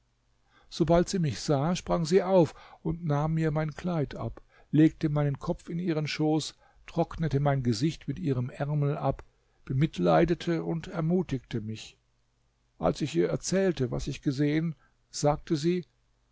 sobald sie mich sah sprang sie auf und nahm mir mein kleid ab legte meinen kopf in ihren schoß trocknete mein gesicht mit ihrem ärmel ab bemitleidete und ermutigte mich als ich ihr erzählte was ich gesehen sagte sie